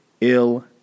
ill